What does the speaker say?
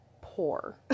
poor